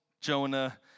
Jonah